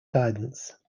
guidance